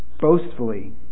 boastfully